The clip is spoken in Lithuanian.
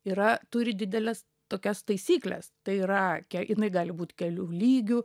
yra turi dideles tokias taisykles tai yra ke jinai gali būt kelių lygių